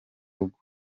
rugo